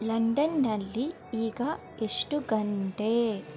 ಲಂಡನ್ನಲ್ಲಿ ಈಗ ಎಷ್ಟು ಗಂಟೆ